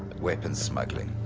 weapons smuggling.